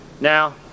now